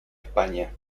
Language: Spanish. españa